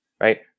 right